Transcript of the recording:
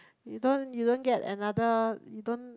you don't you don't get another you don't